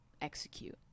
execute